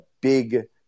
big